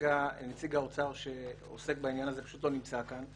כרגע נציג האוצר שעוסק בעניין הזה לא נמצא כאן.